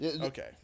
Okay